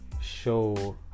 show